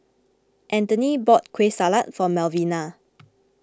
Anthoney bought Kueh Salat for Malvina